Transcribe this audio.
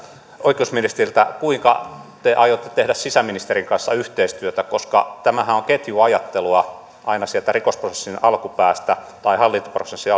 oikeusministeriltä kuinka te aiotte tehdä sisäministerin kanssa yhteistyötä koska tämähän on on ketjuajattelua aina sieltä rikosprosessin alkupäästä tai hallintoprosessin